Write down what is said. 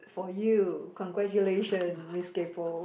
for you congratulation Miss kaypo